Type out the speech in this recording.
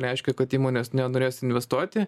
reiškia kad įmonės nenorės investuoti